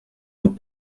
nous